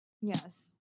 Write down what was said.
Yes